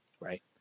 Right